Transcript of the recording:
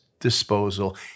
disposal